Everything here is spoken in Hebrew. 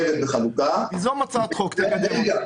שחייבת בחלוקה, -- תיזום הצעת חוק ותקדם אותה.